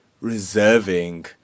reserving